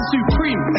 Supreme